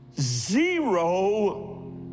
zero